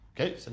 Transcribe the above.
Okay